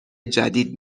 جدید